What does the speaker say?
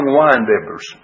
wine-bibbers